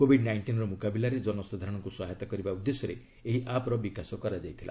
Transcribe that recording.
Covid ନାଇଷ୍ଟିନ୍ର ମୁକାବିଲାରେ ଜନସାଧାରଣଙ୍କୁ ସହାୟତା କରିବା ଉଦ୍ଦେଶ୍ୟରେ ଏହି ଆପ୍ର ବିକାଶ କରାଯାଇଥିଲା